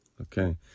Okay